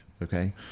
Okay